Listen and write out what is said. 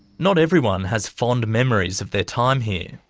not everyone has fond memories of their time here.